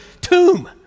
tomb